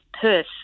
Perth